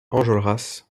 enjolras